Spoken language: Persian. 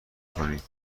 کنید